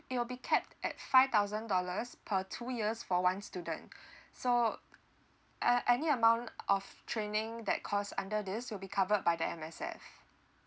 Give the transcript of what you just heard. it will be capped at five thousand dollars per two years for one student so uh any amount of training that cost under this will be covered by the M_S_F